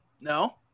No